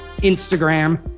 Instagram